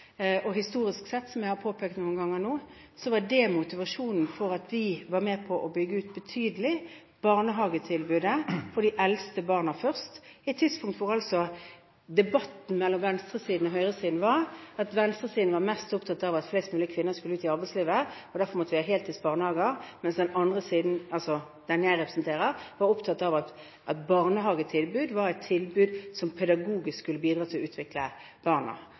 Historisk sett, som jeg har påpekt mange ganger nå, var dette motivasjonen for at vi var med på å bygge ut, betydelig, barnehagetilbudet til de eldste barna først, på et tidspunkt da debatten mellom venstresiden og høyresiden gikk på at venstresiden mest var opptatt av at flest mulig kvinner skulle ut i arbeidslivet, og at vi derfor måtte ha heltidsbarnehager, mens den andre siden – den jeg representerer – var opptatt av at barnehage var et pedagogisk tilbud, som skulle bidra til å utvikle barna.